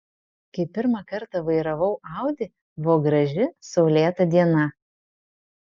kai pirmą kartą vairavau audi buvo graži saulėta diena